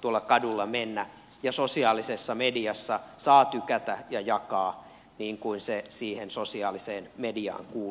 tuolla kadulla mennä ja sosiaalisessa mediassa saa tykätä ja jakaa niin kuin se siihen sosiaaliseen mediaan kuuluu